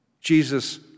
Jesus